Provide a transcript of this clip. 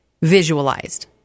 visualized